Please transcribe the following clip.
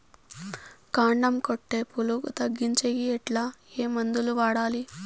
కాండం కొట్టే పులుగు తగ్గించేకి ఎట్లా? ఏ మందులు వాడాలి?